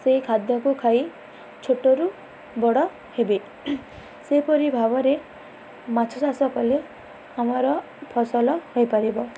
ସେଇ ଖାଦ୍ୟକୁ ଖାଇ ଛୋଟରୁ ବଡ଼ ହେବେ ସେହିପରି ଭାବରେ ମାଛ ଚାଷ କଲେ ଆମର ଫସଲ ହୋଇପାରିବ